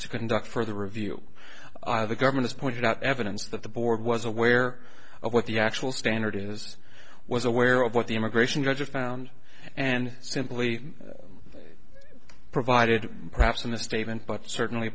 to conduct further review of the government is pointed out evidence that the board was aware of what the actual standard is was aware of what the immigration judge found and simply provided perhaps a misstatement but certainly